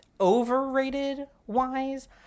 overrated-wise